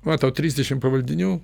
va tau trisdešim pavaldinių